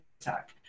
attack